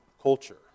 culture